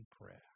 prayer